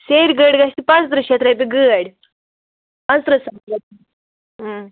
سیرِ گٲڑۍ گَژھہِ پانٛژتٕرٛہ شٮ۪تھ رۄپیہِ گٲڑۍ پانٛژ تٕرٛہ ساس